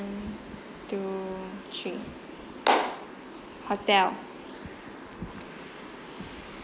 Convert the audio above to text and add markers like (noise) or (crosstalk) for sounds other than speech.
one two three (noise) hotel